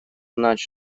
знать